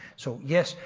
so yes,